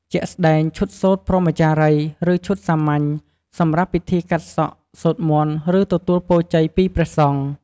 ជាក់ស្ដែង ឈុតសូត្រព្រហ្មចារីយ៍ ឬឈុតសាមញ្ញ សម្រាប់ពិធីកាត់សក់ សូត្រមន្ត ឬទទួលពរជ័យពីព្រះសង្ឃ។